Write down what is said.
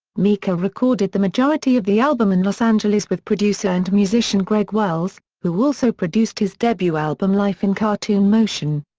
mika recorded the majority of the album in los angeles with producer and musician greg wells, who also produced his debut album life in cartoon motion.